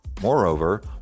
Moreover